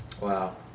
Wow